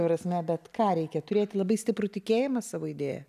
ta prasme bet ką reikia turėti labai stiprų tikėjimą savo idėja